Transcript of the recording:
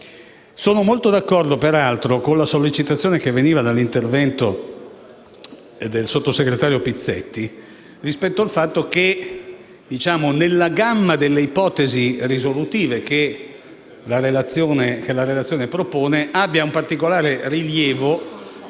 Sono molto d'accordo, peraltro, con la sollecitazione che veniva dall'intervento del sottosegretario Pizzetti, rispetto al fatto che, nella gamma delle ipotesi risolutive che la relazione propone, abbia un particolare rilievo